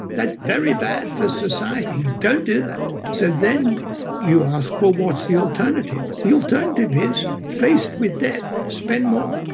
that's very bad for society, don't do that. so then you ask, well, what's the alternative? the alternative is faced with debt, spend more.